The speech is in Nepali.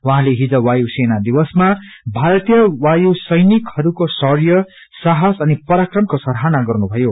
उहाँले हिज वायु सेना दिवसमा भारतीय वायु सैनिकहरूको शौंय साहस अनि पराक्रमको सराहना गर्नुभयो